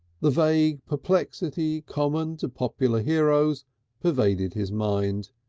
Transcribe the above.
the vague perplexity common to popular heroes pervaded his mind.